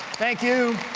thank you.